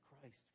Christ